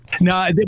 No